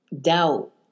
doubt